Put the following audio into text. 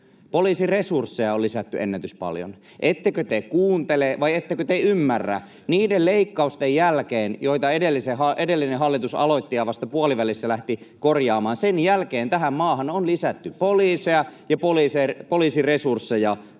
Poliisin resursseja on lisätty ennätyspaljon. Ettekö te kuuntele vai ettekö te ymmärrä? Niiden leikkausten jälkeen, joita edellinen hallitus aloitti ja vasta puolivälissä lähti korjaamaan, tähän maahan on lisätty poliiseja ja samoiten poliisiresursseja.